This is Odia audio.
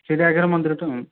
ସେଟା ଆଜ୍ଞା ମନ୍ଦିର ତ